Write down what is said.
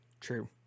true